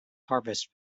harvest